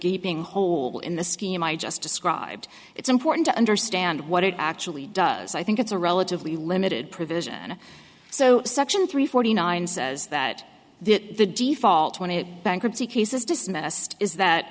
gaping hole in the scheme i just described it's important to understand what it actually does i think it's a relatively limited provision and so section three forty nine says that the the default when a bankruptcy case is dismissed is that